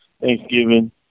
Thanksgiving